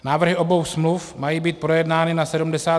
Návrhy obou smluv mají být projednány na 73.